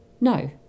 no